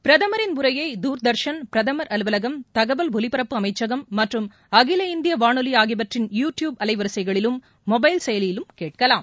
பிரதமரின் உரையை தூர்தர்ஷன் பிரதமர் அலுவலகம் தகவல் ஒலிபரப்பு அமைச்சகம் மற்றும் அகில இந்தியவானொலிஆகியற்றின் யூ ப்யூப் அலைவரிசைகளிலும் மொபைல் செயலியிலும் கேட்கலாம்